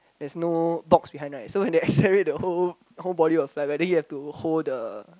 there's no box behind right so when they accelerate the whole whole body will fly back then you have to hold the